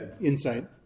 insight